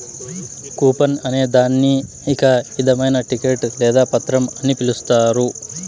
coupon అనే దాన్ని ఒక ఇధమైన టికెట్ లేదా పత్రం అని పిలుత్తారు